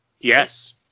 Yes